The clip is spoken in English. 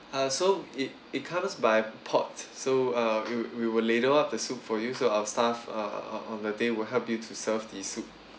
uh so it it comes by pot so uh we will we will lay out the soup for you so our staff uh on the day will help you to serve the soup